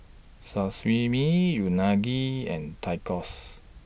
Sashimi Unagi and Tacos